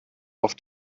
auf